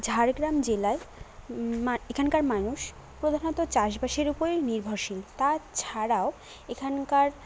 ঝাড়গ্রাম জেলায় মা এখানকার মানুষ প্রধানত চাষবাসের উপরেই নির্ভরশীল তাছাড়াও এখানকার